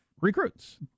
recruits